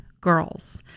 girls